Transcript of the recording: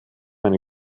eine